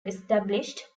established